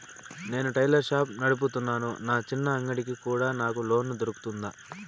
నేను tailor shop నడుపుతున్నాను, నా చిన్న అంగడి కి కూడా నాకు లోను దొరుకుతుందా?